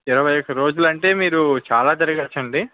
ఇరవై ఒక్క రోజులు అంటే మీరు చాలా తిరగవచ్చు అండి